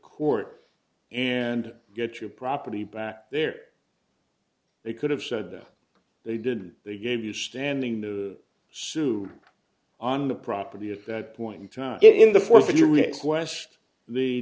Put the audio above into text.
court and get your property back there they could have said that they did they gave you standing to sue on the property at that point in time given the force that you request the